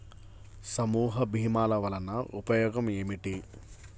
సమూహ భీమాల వలన ఉపయోగం ఏమిటీ?